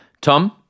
Tom